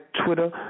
Twitter